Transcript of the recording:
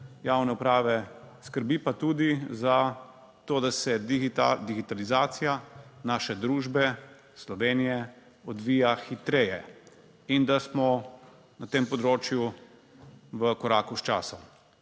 javne uprave, skrbi pa tudi za to, da se ta digitalizacija naše družbe Slovenije odvija hitreje in da smo na tem področju v koraku s časom.